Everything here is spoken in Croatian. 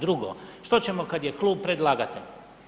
Drugo, što ćemo kada je klub predlagatelj?